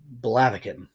Blaviken